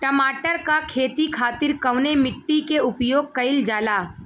टमाटर क खेती खातिर कवने मिट्टी के उपयोग कइलजाला?